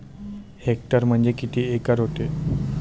Hectare म्हणजे किती acre व्हते?